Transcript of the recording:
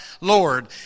Lord